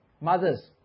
mothers